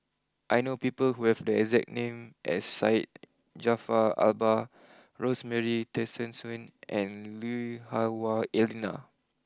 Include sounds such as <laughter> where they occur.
I know people who have the exact name as Syed Jaafar Albar <noise> Rosemary Tessensohn and Lui Hah Wah Elena